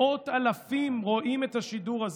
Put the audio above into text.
מאות אלפים רואים את השידור הזה.